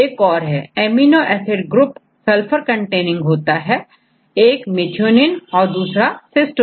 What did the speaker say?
एक और amino acid group sulphur containing होता है एक methionine और दूसरा cystine